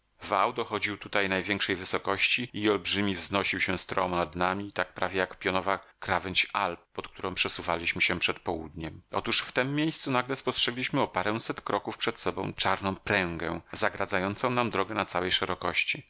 nocy wał dochodził tutaj największej wysokości i olbrzymi wznosił się stromo nad nami tak prawie jak pionowa krawędź alp pod którą przesuwaliśmy się przed południem otóż w tem miejscu nagle spostrzegliśmy o paręset kroków przed sobą czarną pręgę zagradzającą nam drogę na całej szerokości